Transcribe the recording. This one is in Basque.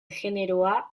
generoa